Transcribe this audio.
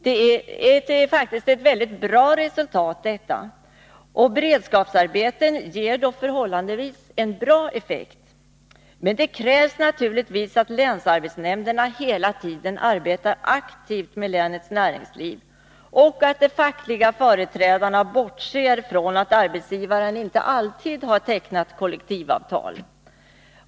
Detta är faktiskt ett mycket bra resultat. Beredskapsarbetena ger då förhållandevis god effekt. Det krävs naturligtvis att länsarbetsnämnderna hela tiden arbetar aktivt med länets näringsliv och att de fackliga företrädarna bortser från att arbetsgivaren inte alltid har tecknat kollektivavtal.